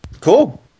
cool